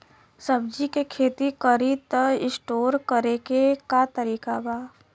सब्जी के खेती करी त स्टोर करे के का तरीका बा?